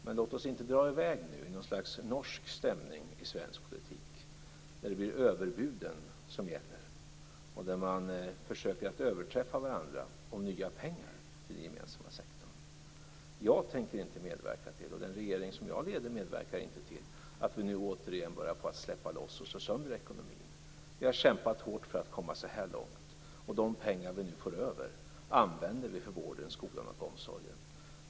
Men låt oss inte dra i väg nu i ett slags norsk stämning i svensk politik där det blir överbuden som gäller och där man försöker överträffa varandra om nya pengar till den gemensamma sektorn! Jag tänker inte medverka till, och den regering som jag leder medverkar inte till, att vi nu återigen börjar släppa loss och slå sönder ekonomin. Vi har kämpat hårt för att komma så här långt. De pengar vi nu får över använder vi för vården, skolan och omsorgen.